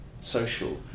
social